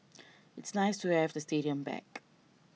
it's nice to have the stadium back